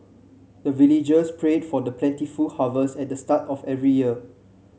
the villagers pray for the plentiful harvest at the start of every year